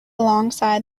alongside